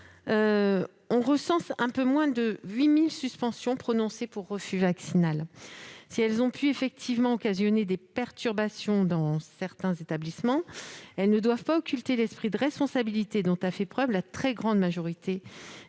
On recense un peu moins de 8 000 suspensions prononcées pour refus vaccinal. Si celles-ci ont pu effectivement occasionner des perturbations dans certains établissements, elles ne doivent pas occulter l'esprit de responsabilité dont a fait preuve l'immense majorité,